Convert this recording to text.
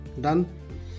done